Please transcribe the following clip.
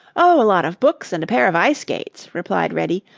oh, a lot of books and a pair of ice skates, replied reddy,